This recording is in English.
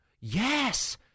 Yes